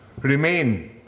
remain